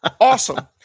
Awesome